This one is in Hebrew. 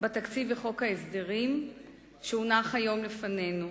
בתקציב ובחוק ההסדרים שהונח היום לפנינו,